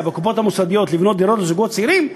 והקופות המוסדיות לבנות דירות לזוגות הצעירים,